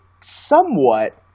somewhat